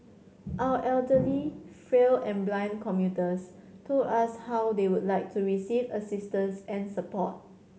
our elderly frail and blind commuters told us how they would like to receive assistance and support